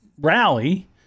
rally